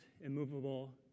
immovable